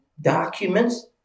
documents